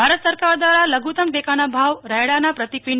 ભારત સરકાર દ્વારા લધુતમ ટેકાના ભાવ રાયડાના પ્રતિ ક્વિ